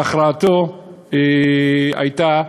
והכרעתו הייתה,